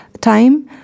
time